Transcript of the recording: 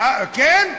כן?